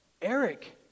Eric